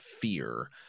fear